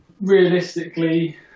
realistically